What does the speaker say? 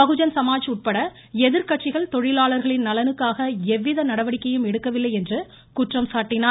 பகுஜன் சமாஜ் உட்பட எதிர்கட்சிகள் தொழிலாளர்களின் நலனுக்காக எவ்வித நடவடிக்கையும் எடுக்கவில்லை என குற்றம் சாட்டினார்